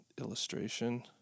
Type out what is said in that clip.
illustration